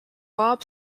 bob